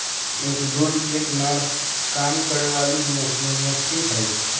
एक ड्रोन एक नर काम करे वाली मधुमक्खी हई